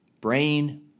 brain